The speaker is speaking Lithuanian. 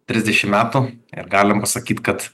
trisdešimt metų ir galima sakyti kad